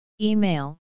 Email